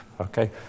Okay